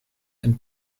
and